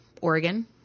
Oregon